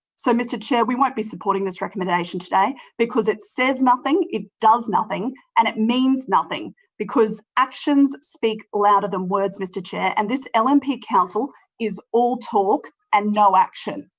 so, mr chair, we won't be supporting supporting this recommendation today because it says nothing, it does nothing and it means nothing because actions speak louder than words, mr chair, and this lnp council is all talk and no action.